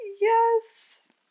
Yes